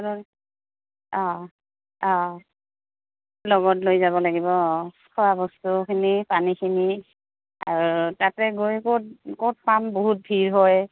অঁ অঁ লগত লৈ যাব লাগিব অঁ খোৱা বস্তুখিনি পানীখিনি আৰু তাতে গৈ ক'ত ক'ত পাম বহুত ভিৰ হয়